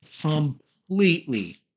completely